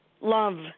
love